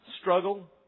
struggle